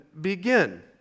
begin